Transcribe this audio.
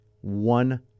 one